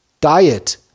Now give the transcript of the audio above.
diet